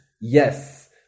Yes